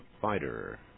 fighter